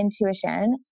intuition